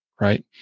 Right